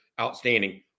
outstanding